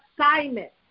assignment